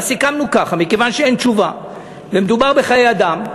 אז סיכמנו ככה: מכיוון שאין תשובה ומדובר בחיי אדם,